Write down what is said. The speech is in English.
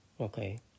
Okay